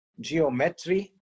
geometry